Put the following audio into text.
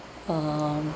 um